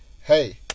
hey